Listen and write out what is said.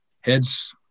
heads